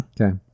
Okay